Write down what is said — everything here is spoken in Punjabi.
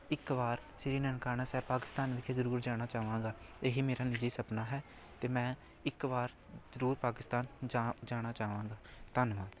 ਇੱਕ ਵਾਰ ਸ਼੍ਰੀ ਨਨਕਾਣਾ ਸਾਹਿਬ ਪਾਕਿਸਤਾਨ ਵਿਖੇ ਜ਼ਰੂਰ ਜਾਣਾ ਚਾਹਵਾਂਗਾ ਇਹੀ ਮੇਰਾ ਨਿਜੀ ਸਪਨਾ ਹੈ ਅਤੇ ਮੈਂ ਇੱਕ ਵਾਰ ਜ਼ਰੂਰ ਪਾਕਿਸਤਾਨ ਜਾ ਜਾਣਾ ਚਾਹਵਾਂਗਾ ਧੰਨਵਾਦ